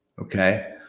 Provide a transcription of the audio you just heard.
Okay